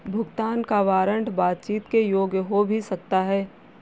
भुगतान का वारंट बातचीत के योग्य हो भी सकता है